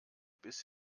bis